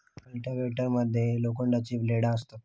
cultivator मध्ये लोखंडाची ब्लेडा असतत